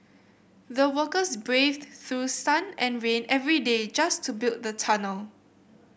the workers braved through sun and rain every day just to build the tunnel